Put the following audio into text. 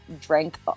drank